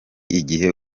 igihe